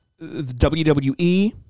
WWE